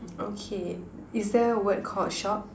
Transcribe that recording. okay is there a word called shop